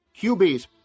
QBs